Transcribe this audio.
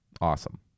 Awesome